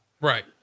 right